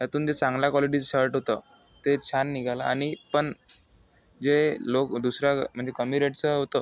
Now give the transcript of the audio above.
यातून जे चांगल्या क्वालिटीचं शर्ट होतं ते छान निघालं आणि पण जे लोक् दुसऱ्या म्हणजे कमी रेटचं होतं